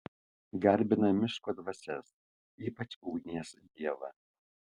garbina miško dvasias ypač ugnies dievą